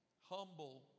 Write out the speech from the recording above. Humble